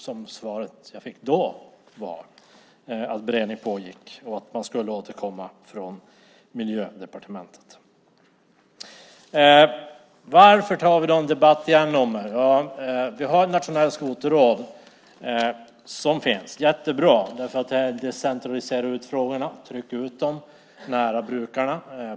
Svaret jag då fick var att beredning pågick och att man skulle återkomma från Miljödepartementet. Varför tar vi då en debatt igen? Vi har ett nationellt skoterråd, och det är jättebra. Det decentraliserar frågorna och trycker ut dem nära brukarna.